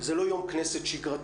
זה לא יום כנסת שגרתי,